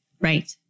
Right